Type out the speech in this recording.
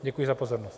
Děkuji za pozornost.